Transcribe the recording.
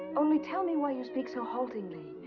only, tell me why you speak so haltingly.